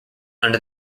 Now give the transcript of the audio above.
under